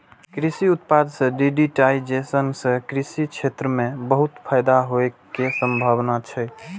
कृषि उत्पाद के डिजिटाइजेशन सं कृषि क्षेत्र कें बहुत फायदा होइ के संभावना छै